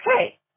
okay